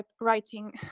writing